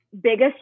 biggest